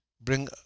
bring